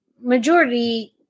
majority